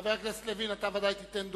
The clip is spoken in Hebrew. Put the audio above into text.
חבר הכנסת לוין, אתה בוודאי תיתן דוגמה,